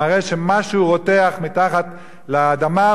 מראה שמשהו רותח מתחת לאדמה,